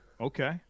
Okay